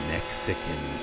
Mexican